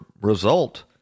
result